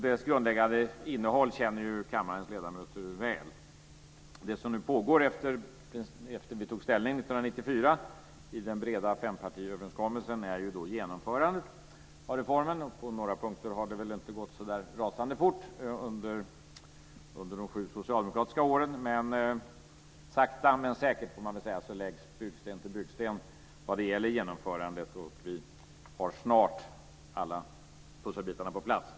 Dess grundläggande innehåll känner kammarens ledamöter väl. Det som nu pågår efter att vi tog ställning 1994, i den breda fempartiöverenskommelsen, är genomförandet av reformen. På några punkter har det inte gått så rasande fort under de sju socialdemokratiska åren, men sakta men säkert läggs byggsten till byggsten vad gäller genomförandet. Vi har snart alla pusselbitarna på plats.